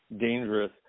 dangerous